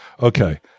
Okay